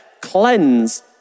cleanse